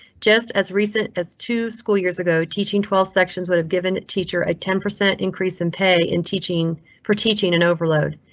just as recent as two school years ago, teaching twelve sections would have given a teacher at ten percent increase in pay in teaching for teaching and overload.